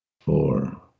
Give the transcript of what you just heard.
four